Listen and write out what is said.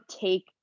take